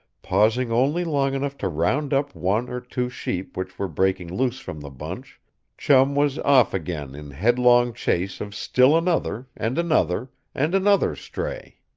pausing only long enough to round up one or two sheep which were breaking loose from the bunch chum was off again in headlong chase of still another and another and another stray.